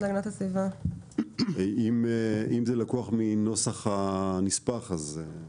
אם זה לקוח מנוסח הנספח, כן.